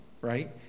right